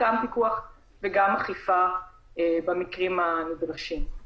פיקוח וגם אכיפה במקרים הנדרשים.